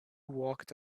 walked